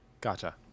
Gotcha